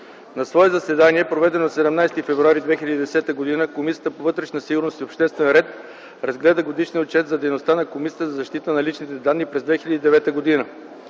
„На свое заседание, проведено на 17 февруари 2010 г., Комисията по вътрешна сигурност и обществен ред разгледа Годишния отчет за дейността на Комисията за защита на личните данни през 2009 г.